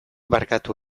barkatu